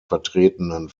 vertretenen